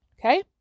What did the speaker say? Okay